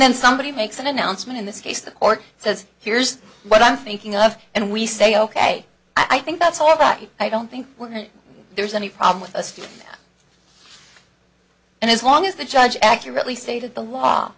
then somebody makes an announcement in this case the court says here's what i'm thinking of and we say ok i think that's all that you i don't think there's any problem with a stick and as long as the judge accurately stated the law